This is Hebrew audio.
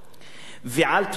ועל תיאוריות